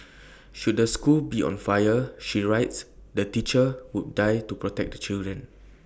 should the school be on fire she writes the teacher would die to protect the children